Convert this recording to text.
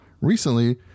recently